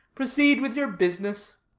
proceed with your business.